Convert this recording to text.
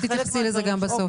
תתייחסי לזה גם בסוף.